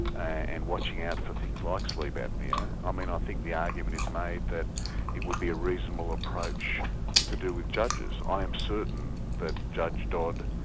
and watching out for things like sleep apnoea. i mean i think the argument is made that it would be a reasonable approach to do with judges. i am certain that judge dodd,